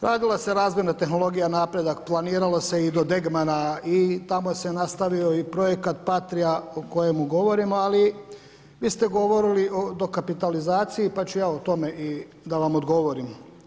Radila se razmjena tehnologija, napredak, planiralo se i do Degmara i tamo se nastavio i projekat patrija o kojemu govorimo, ali vi ste govorili o dokapitalizaciji, pa ću ja i o tome, da vam odgovorim.